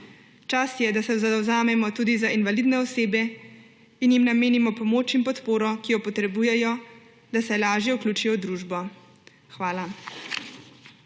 Čas je, da se zavzamemo tudi za invalidne osebe in jim namenimo pomoč in podporo, ki jo potrebujejo, da se lažje vključijo v družbo. Hvala.